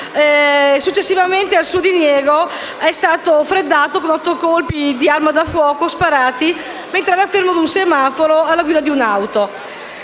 Successivamente al suo diniego è stato freddato con otto colpi di arma da fuoco, sparati mentre era fermo ad un semaforo alla guida di un'auto.